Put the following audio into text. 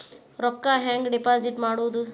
ರೊಕ್ಕ ಹೆಂಗೆ ಡಿಪಾಸಿಟ್ ಮಾಡುವುದು?